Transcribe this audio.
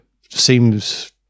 seems